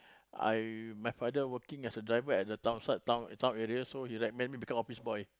I my father working as a driver at the town side town town area so he like made me become office boy